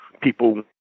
people